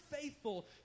faithful